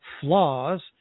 flaws